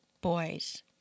boys